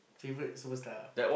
favorite superstar